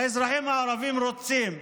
האזרחים הערבים רוצים,